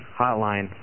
hotline